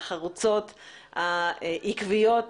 החרוצות והעקביות.